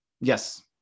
Yes